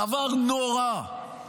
דבר נורא,